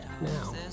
now